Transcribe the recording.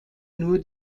nur